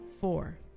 four